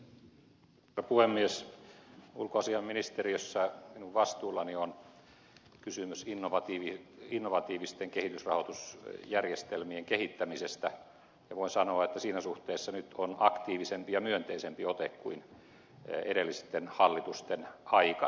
ulkoasiainministeriössä minun vastuullani on kysymys innovatiivisten kehitysrahoitusjärjestelmien kehittämisestä ja voin sanoa että siinä suhteessa nyt on aktiivisempi ja myönteisempi ote kuin edellisten hallitusten aikana